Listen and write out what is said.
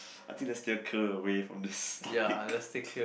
I feel let's stay clear away from this topic